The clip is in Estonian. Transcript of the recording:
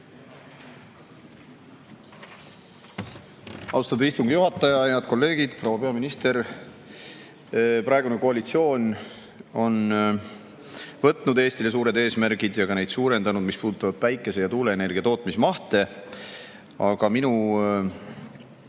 Austatud istungi juhataja! Head kolleegid! Proua peaminister! Praegune koalitsioon on võtnud Eestile suured eesmärgid ja ka neid suurendanud, mis puudutavad päikese- ja tuuleenergia tootmise mahtu. Aga minu